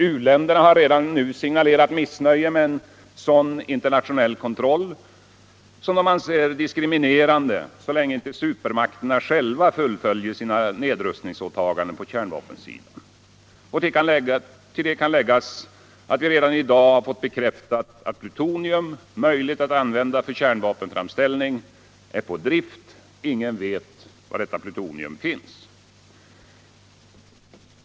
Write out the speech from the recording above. U-länderna har redan nu signalerat missnöje med en sådan internationell kontroll, som de anser diskriminerande så länge inte supermakterna fullföljer sina nedrustningsåtaganden på kärnvapensidan. Till detta kan läggas att vi redan i dag har fått bekräftat att plutonium, möjligt att använda för kärnvapenframställning, är på drift — och ingen vet var detta plutonium finns.